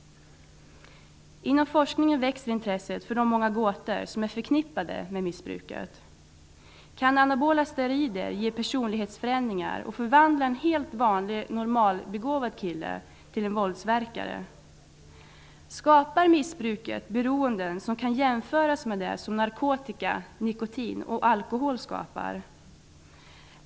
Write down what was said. Inom forskningen växer intresset för de många gåtor som är förknippade med missbruket. Kan anabola steroider ge personlighetsförändringar och förvandla en helt vanlig, normalbegåvad kille till en våldsverkare? Skapar missbruket beroenden som kan jämföras med det som narkotika, nikotin och alkohol skapar?